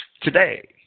Today